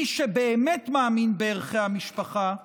מי שבאמת מאמין בערכי המשפחה,